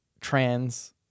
trans